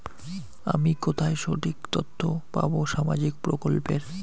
আমি কোথায় সঠিক তথ্য পাবো সামাজিক প্রকল্পের?